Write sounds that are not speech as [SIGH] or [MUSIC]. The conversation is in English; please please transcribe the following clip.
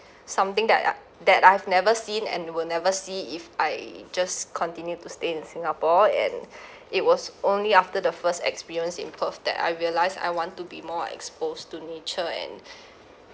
something that I ugh that I've never seen and will never see if I just continue to stay in singapore and [BREATH] it was only after the first experience in perth that I realised I want to be more exposed to nature and [BREATH]